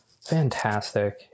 fantastic